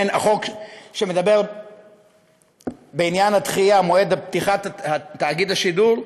חוק שמדבר בעניין דחיית מועד פתיחת תאגיד השידור,